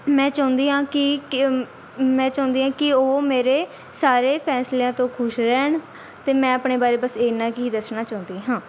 ਮੈਂ ਚਾਹੁੰਦੀ ਹਾਂ ਕਿ ਕੇ ਮੈਂ ਚਾਹੁੰਦੀ ਹਾਂ ਕਿ ਉਹ ਮੇਰੇ ਸਾਰੇ ਫੈਸਲਿਆਂ ਤੋਂ ਖੁਸ਼ ਰਹਿਣ ਅਤੇ ਮੈਂ ਆਪਣੇ ਬਾਰੇ ਬਸ ਐਨਾ ਕੁ ਹੀ ਦੱਸਣਾ ਚਾਹੁੰਦੀ ਹਾਂ